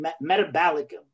metabolic